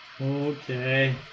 Okay